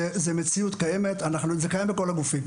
זאת מציאות קיימת שקיימת בכל הגופים.